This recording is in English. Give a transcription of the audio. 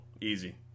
Easy